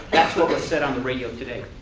that's what was said on the radio today.